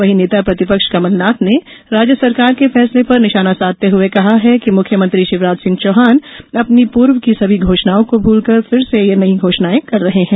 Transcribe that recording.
वहीं नेता प्रतिपक्ष कमलनाथ ने राज्य सरकार के फैसले पर निशाना साधते हुए कहा है कि मुख्यमंत्री शिवराज सिंह चौहान अपनी पूर्व की सभी घोषणाओं को भूलकर फिर से ये नई घोषणाएं कर रहे हैं